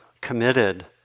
committed